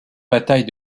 bataille